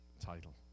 title